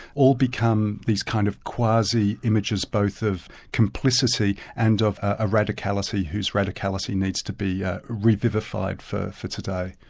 all become these kind of quasi images both of complicity and of a radicality whose radicality needs to be re-vivified for for today.